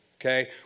Okay